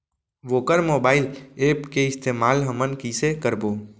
वोकर mobile app के इस्तेमाल हमन कइसे करबो?